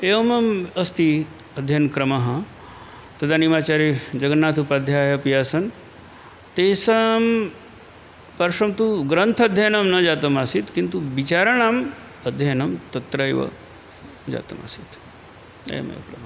एवमम् अस्ति अध्ययन्क्रमः तदानीमाचार्यः जगन्नाथोपाध्यायः अपि आसन् तेषां पार्श्वन्तु ग्रन्थाध्ययनं न जातमासीत् किन्तु विचाराणाम् अध्ययनं तत्रैव जातमासीत् अयमेव क्रमः